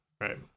right